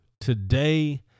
today